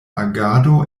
agado